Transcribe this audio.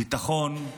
ביטחון,